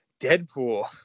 Deadpool